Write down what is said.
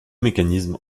mécanismes